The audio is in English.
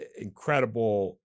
incredible